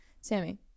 Sammy